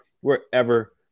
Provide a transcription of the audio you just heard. wherever